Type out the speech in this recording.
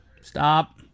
Stop